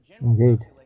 Indeed